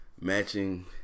Matching